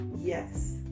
Yes